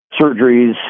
surgeries